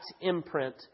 imprint